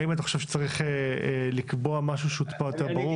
האם אתה חושב שצריך לקבוע משהו שהוא קצת יותר ברור?